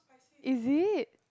is it